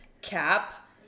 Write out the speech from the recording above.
cap